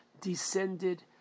descended